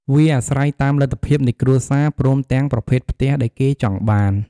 វាអាស្រ័យតាមលទ្ធភាពនៃគ្រួសារ ព្រមទាំងប្រភេទផ្ទះដែលគេចង់បាន។